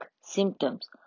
symptoms